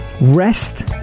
rest